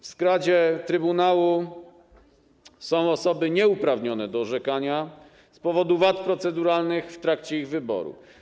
W składzie trybunału są osoby nieuprawnione do orzekania z powodu wad proceduralnych w trakcie ich wyboru.